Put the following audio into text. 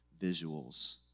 visuals